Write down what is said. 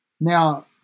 Now